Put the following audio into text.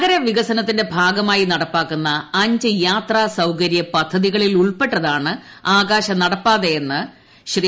നഗരവികസനത്തിന്റെ ഭാഗമായി നടപ്പാക്കുന്ന അഞ്ച് യാത്രാസൌകരൃ പദ്ധതികളിൽ ഉൾപ്പെട്ടതാണ് ആകാശ നടപ്പാതയെന്ന് ശ്രീ